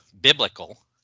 Biblical